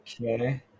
Okay